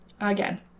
Again